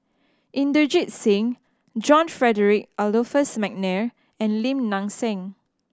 Inderjit Singh John Frederick Adolphus McNair and Lim Nang Seng